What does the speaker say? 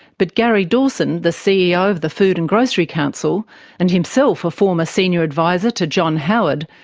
but gary dawson, the ceo of the food and grocery council and himself a former senior advisor to john howard,